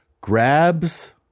grabs